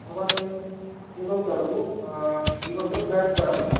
भवान् एवं करोतु दिवसद्वयात् परं